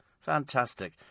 Fantastic